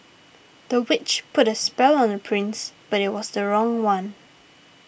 the witch put a spell on the prince but it was the wrong one